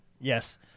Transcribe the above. Yes